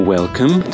Welcome